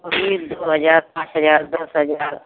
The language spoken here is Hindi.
वही दो हजार पाँच हजार दस हजार